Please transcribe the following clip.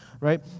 right